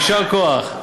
יישר כוח.